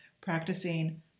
practicing